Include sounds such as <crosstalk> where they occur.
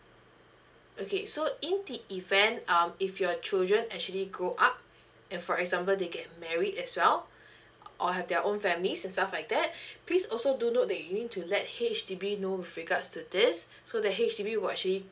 okay so in the event um if your children actually grow up in and for example they get married as well or have their own families and stuff like that <breath> please also do note that you need to let H_D_B know with regards to this so the H_D_B will actually